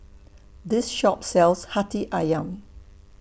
This Shop sells Hati Ayam